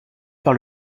par